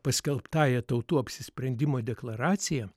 paskelbtąja tautų apsisprendimo deklaracija